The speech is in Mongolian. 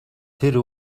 тэр